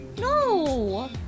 No